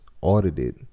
audited